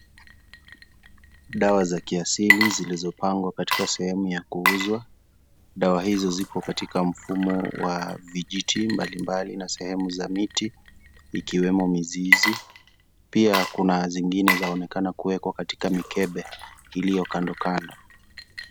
Dawa za kiasili zilizopangwa katika sehemu ya kuuza. Dawa hizo ziko katika mfumo wa vijiti mbalimbali na sehemu za miti ikiwemo mizizi pia kuna zingine zaonekana kuweko katika mikebe iliyokandokando.